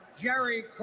Jerry